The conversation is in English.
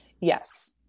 Yes